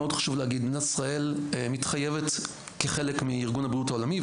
מאוד חשוב להגיד: מדינת ישראל מתחייבת כחלק מארגון הבריאות העולמי,